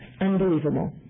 Unbelievable